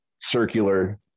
circular